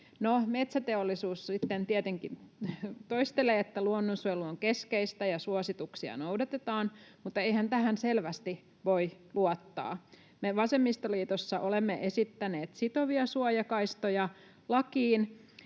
tietenkin toistelee, että luonnonsuojelu on keskeistä ja suosituksia noudatetaan, mutta eihän tähän selvästi voi luottaa. Me vasemmistoliitossa olemme esittäneet sitovia suojakaistoja lakiin.